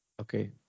Okay